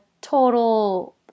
total